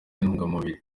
intungamubiri